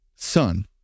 Son